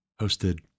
hosted